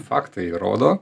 faktai rodo